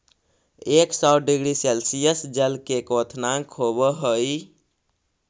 एक सौ degree Celsius जल के क्वथनांक होवऽ हई